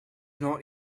not